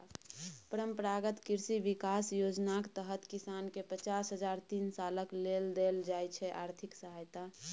परंपरागत कृषि बिकास योजनाक तहत किसानकेँ पचास हजार तीन सालक लेल देल जाइ छै आर्थिक सहायता